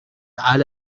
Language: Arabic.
على